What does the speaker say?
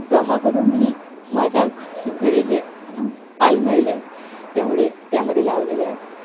जमा करून मी माझ्या घरी जे आलमारी आहे त्यामुळे त्यामध्ये लावलेले आहे